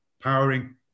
powering